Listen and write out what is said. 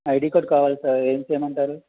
ID card కావాలి sir ఏమి చేయమంటారు